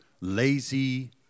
lazy